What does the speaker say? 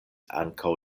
ankaŭ